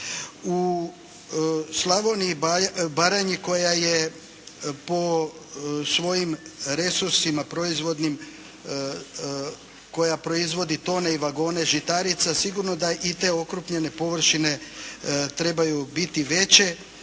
U Slavoniji i Baranji koja je po svojim resursima proizvodnim, koja proizvodi tone i vagone žitarica, sigurno da i te okrupnjene površine trebaju biti veće